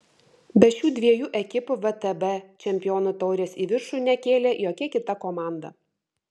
be šių dviejų ekipų vtb čempionų taurės į viršų nekėlė jokia kita komanda